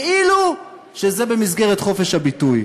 כאילו שזה במסגרת חופש הביטוי.